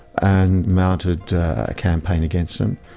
and mounted a campaign against them.